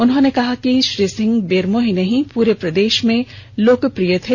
मुख्यमंत्री ने कहा श्री सिंह बेरमो ही नहीं पूरे प्रदेश में लोकप्रिय थे